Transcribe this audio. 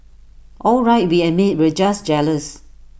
all right we admit we're just jealous